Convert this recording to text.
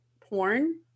porn